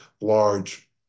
large